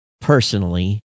personally